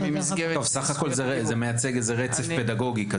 טוב סך הכול זה מייצג איזה רצף פדגוגי.